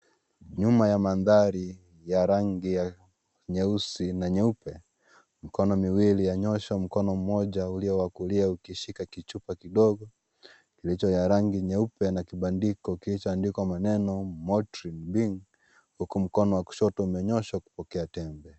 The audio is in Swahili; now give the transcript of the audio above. Nyuma ya mandhari ya rangi ya nyeusi na nyeupe. Mikono miwili yanyooshwa, mkono mmoja ulio wa kulia ukishikilia kichupa kidogo, kilicho cha rangi nyeupe na kibandiko kilicho andikwa maneno, " Multrimbin ", huku mkono wa kushoto umenyoshwa kupokea tembe.